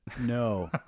No